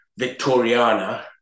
Victoriana